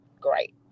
great